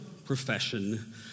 profession